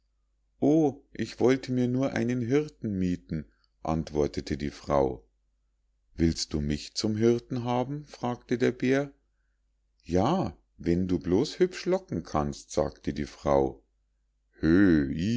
o ich wollte mir nur einen hirten miethen antwortete die frau willst du mich zum hirten haben fragte der bär ja wenn du bloß hübsch locken kannst sagte die frau